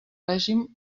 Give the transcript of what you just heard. règim